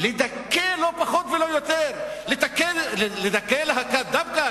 "לדכא", לא פחות ולא יותר, לדכא להקת דבקה?